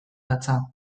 datza